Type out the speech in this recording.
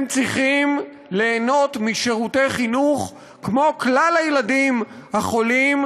הם צריכים ליהנות משירותי חינוך כמו כלל הילדים החולים,